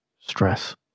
stress